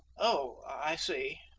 oh, i see,